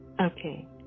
Okay